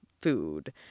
food